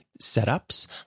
setups